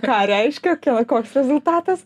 ką reiškia koks rezultatas